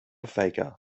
faker